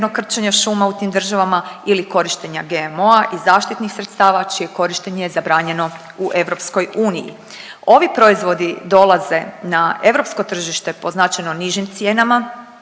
krčenja šuma u tim državama ili korištenja GMO-a i zaštitnih sredstava čije korištenje je zabranjeno u EU. Ovi proizvodi dolaze na europsko tržište po značajno nižim cijenama,